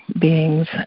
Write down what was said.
beings